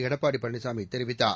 எடப்பாடி பழனிசாமி தெரிவித்தார்